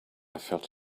felt